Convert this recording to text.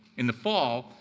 in the fall,